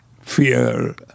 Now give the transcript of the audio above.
fear